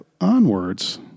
onwards